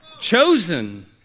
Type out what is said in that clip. Chosen